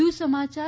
વધુ સમાચાર